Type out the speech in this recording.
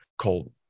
called